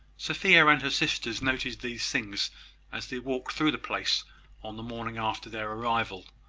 sophia and her sisters noted these things as they walked through the place on the morning after their arrival,